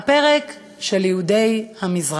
הפרק של יהודי המזרח,